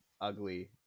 Ugly